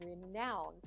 renowned